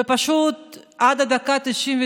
ופשוט עד הדקה ה-99